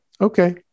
Okay